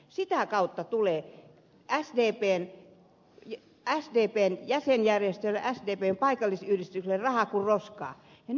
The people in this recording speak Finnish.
sitä kautta tulee sdpn jäsenjärjestöille sdpn paikallisyhdistyksille rahaa kuin roskaa